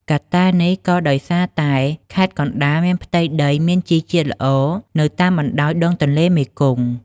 កត្តានេះក៏ដោយសារតែខេត្តកណ្ដាលមានផ្ទៃដីមានជីជាតិល្អនៅតាមបណ្ដោយដងទន្លេមេគង្គ។